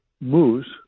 moose